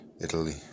Italy